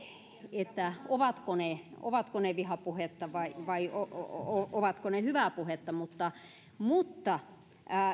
että ovatko ne ovatko ne vihapuhetta vai vai ovatko ne hyvää puhetta mutta mutta